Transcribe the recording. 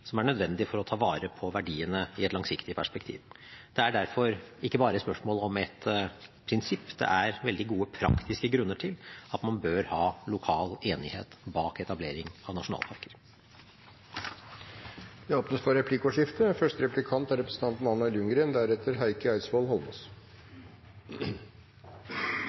som er nødvendig for å ta vare på verdiene i et langsiktig perspektiv. Det er derfor ikke bare spørsmål om et prinsipp. Det er veldig gode praktiske grunner til at man bør ha lokal enighet bak etableringen av nasjonalparker. Det blir replikkordskifte. Spørsmålet mitt handler om Lofotodden nasjonalpark og